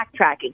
backtracking